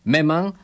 Memang